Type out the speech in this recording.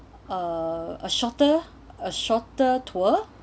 a shorter a shorter tour